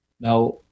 Now